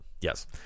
Yes